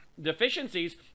deficiencies